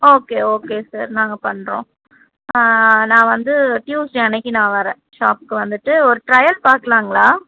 okay okay sir நாங்கள் பண்ணுறோம் நான் வந்து ட்யூஸ்டே அன்னைக்கு நான் வரேன் ஷாப்க்கு வந்துவிட்டு ஒரு ட்ரையல் பார்க்குலாங்களா